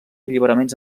alliberaments